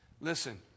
Listen